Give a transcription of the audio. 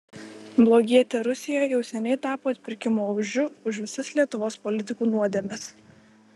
blogietė rusija jau seniai tapo atpirkimo ožiu už visas lietuvos politikų nuodėmes